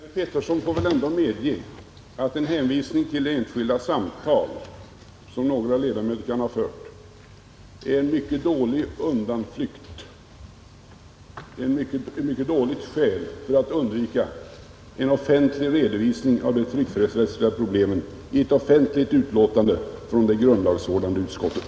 Herr talman! Herr Pettersson i Visby får väl ändå medge att en hänvisning till enskilda samtal som några ledamöter kan ha fört är en dålig undanflykt och ett mycket dåligt skäl för att undvika en redovisning av de tryckfrihetsrättsliga problemen i ett offentligt betänkande från det grundlagsvårdande utskottet.